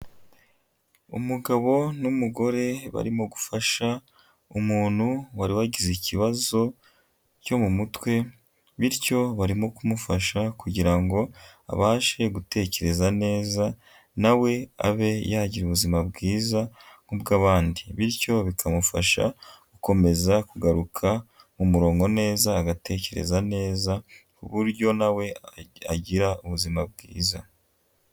Umugabo n'umugore barimo gufasha umuntu wari wagize ikibazo cyo mu mutwe, bityo barimo kumufasha kugira ngo abashe gutekereza neza na we abe yagira ubuzima bwiza nk'ubw'abandi, bityo bikamufasha gukomeza kugaruka mu murongo neza, agatekereza neza, ku buryo na we agira ubuzima bwiza.